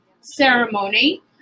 Ceremony